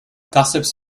gossips